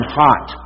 hot